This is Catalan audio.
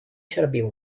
serviu